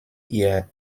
ihr